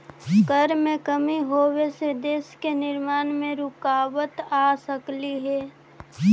कर में कमी होबे से देश के निर्माण में रुकाबत आ सकलई हे